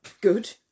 good